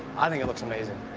i think it looks amazing.